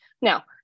Now